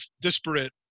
disparate